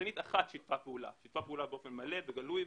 יצרנית אחת שיתפה פעולה באופן מלא וגלוי.